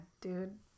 dude